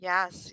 Yes